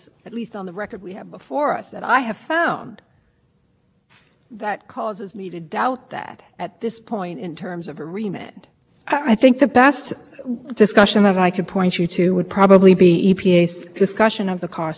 theory that was presented to the supreme court and now a new theory that's presented to us that would be inconsistent with the supreme court relied on i think quite clearly relied on in that section of its opinion so i